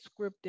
scripting